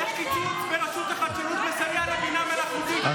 איך קיצוץ ברשות לחדשנות מסייע לבינה המלאכותית,